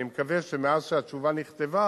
אני מקווה שמאז נכתבה